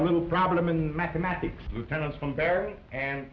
a little problem in mathematics